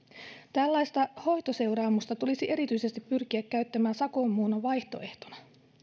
tällaista hoitoseuraamusta tulisi erityisesti pyrkiä käyttämään sakonmuunnon vaihtoehtona